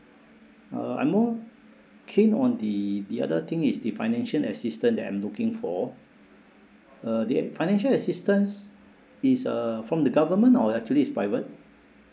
uh I'm more keen on the the other thing is the financial assistance that I'm looking for uh the ac~ financial assistance is uh from the government or actually is private